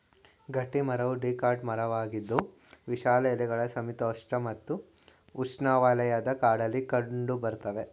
ಗಟ್ಟಿಮರವು ಡಿಕಾಟ್ ಮರವಾಗಿದ್ದು ವಿಶಾಲ ಎಲೆಗಳ ಸಮಶೀತೋಷ್ಣ ಮತ್ತು ಉಷ್ಣವಲಯದ ಕಾಡಲ್ಲಿ ಕಂಡುಬರ್ತವೆ